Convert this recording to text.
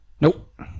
nope